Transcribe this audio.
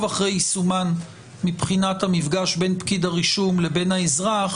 אחרי יישומן מבחינת המפגש בין פקיד הרישום לבין האזרח